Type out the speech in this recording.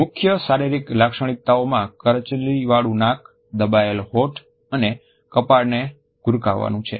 મુખ્ય શારીરિક લાક્ષણિકતાઓમાં કરચલીવાળું નાક દબાયેલા હોઠ અને કપાળને ઘુરકાવવું છે